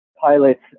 pilots